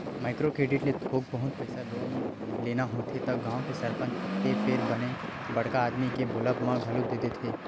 micro credit ले थोक बहुत पइसा लोन लेना होथे त गाँव के सरपंच ते फेर बने बड़का आदमी के बोलब म घलो दे देथे